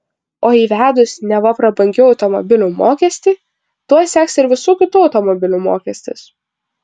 o įvedus neva prabangių automobilių mokestį tuoj seks ir visų kitų automobilių mokestis